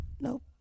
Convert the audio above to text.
Nope